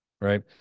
right